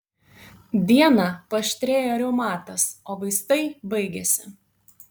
dieną paaštrėjo reumatas o vaistai baigėsi